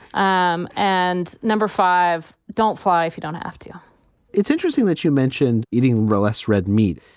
um and number five, don't fly if you don't have to it's interesting that you mentioned eating less red meat.